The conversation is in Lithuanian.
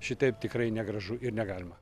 šitaip tikrai negražu ir negalima